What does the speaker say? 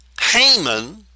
Haman